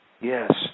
Yes